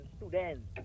Students